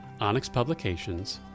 onyxpublications